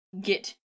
get